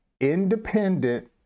independent